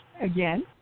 again